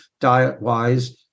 diet-wise